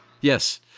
Yes